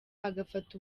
agafata